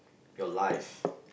your life